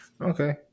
Okay